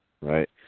Right